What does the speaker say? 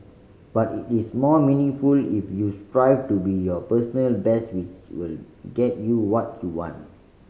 but it is more meaningful if you strive to be your personal best which will get you what you want